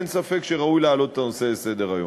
אין ספק שראוי להעלות את הנושא על סדר-היום.